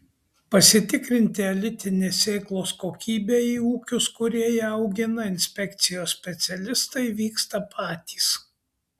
pasitikrinti elitinės sėklos kokybę į ūkius kurie ją augina inspekcijos specialistai vyksta patys